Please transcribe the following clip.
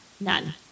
None